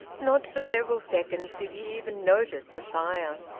not for several seconds did he even notice the fire.